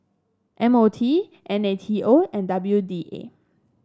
M O T N A T O and W D A